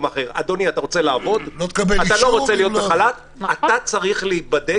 אחר: אתה לא רוצה להיות בחל" ת- אתה צריך להיבדק,